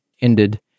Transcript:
ended